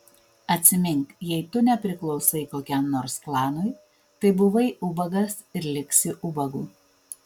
atsimink jei tu nepriklausai kokiam nors klanui tai buvai ubagas ir liksi ubagu